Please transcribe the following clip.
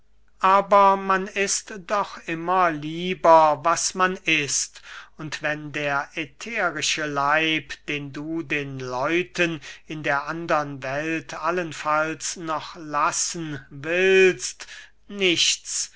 aber man ist doch immer lieber was man ist und wenn der ätherische leib den du den leuten in der andern welt allenfalls noch lassen willst nichts